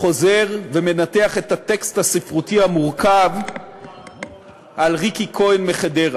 חוזר ומנתח את הטקסט הספרותי המורכב על ריקי כהן מחדרה.